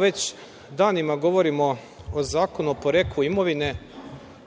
već danima govorimo o Zakonu o poreklu imovine.